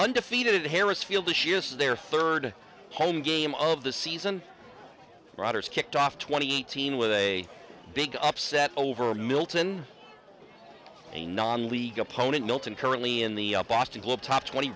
undefeated harris field the she is their third home game of the season rodgers kicked off twenty eighteen with a big upset over milton a non league opponent milton currently in the boston globe top twenty